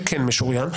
שכן משוריין,